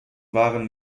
waren